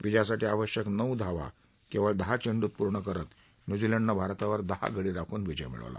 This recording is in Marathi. विजयासाठी आवश्यक नऊ धावा केवळ दहा चेंडूत पूर्ण करत न्यूझीलंडनं भारतावर दहा गडी राखून विजय मिळवला